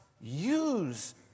use